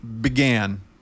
began